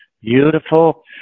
beautiful